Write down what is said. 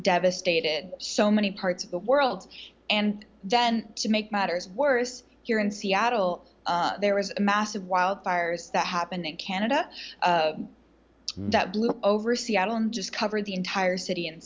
devastated so many parts of the world and then to make matters worse here in seattle there was a massive wildfires that happened in canada that blew over seattle and just covered the entire city and